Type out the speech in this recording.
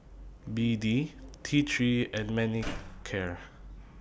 B D T three and Manicare